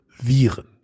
Viren